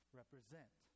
represent